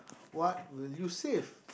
what will you save